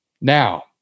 Now